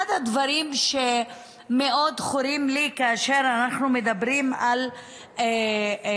אחד הדברים שמאוד חורים לי כאשר אנחנו מדברים על העוני,